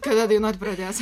kada dainuot pradės